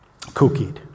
...cookied